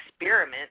experiment